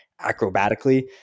acrobatically